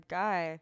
guy